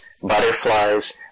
butterflies